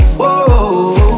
whoa